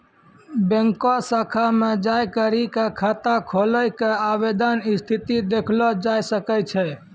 बैंको शाखा मे जाय करी क खाता खोलै के आवेदन स्थिति देखलो जाय सकै छै